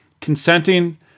consenting